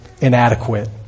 inadequate